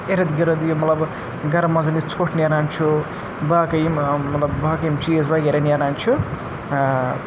اِرد گِرد یہِ مطلب گَرٕ منٛز یہِ ژھۄٹھ نیران چھُ باقٕے یِم مطلب باقٕے یِم چیٖز وغیرہ نیران چھِ